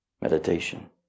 Meditation